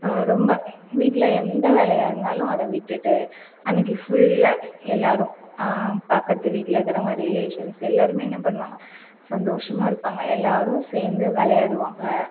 ரொம்ப வீட்டில் எந்த வேலையாக இருந்தாலும் அதை விட்டுவிட்டு அன்றைக்கு ஃபுல்லாக எல்லோரும் பக்கத்துக்கு வீட்டில் இருக்கிறவுங்க ரிலேஷன்ஸ் எல்லோருமே என்ன பண்ணுவாங்க சந்தோஷமாக இருப்பாங்க எல்லோரும் சேர்ந்து விளையாடுவாங்க